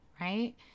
right